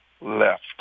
left